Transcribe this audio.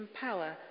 power